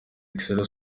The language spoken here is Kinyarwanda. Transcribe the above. excella